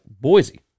Boise